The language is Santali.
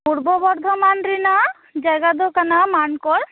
ᱯᱩᱨᱵᱚ ᱵᱚᱨᱫᱷᱚᱢᱟᱱ ᱨᱮᱱᱟᱜ ᱡᱟᱭᱜᱟ ᱫᱚ ᱠᱟᱱᱟ ᱢᱟᱱᱠᱚᱨ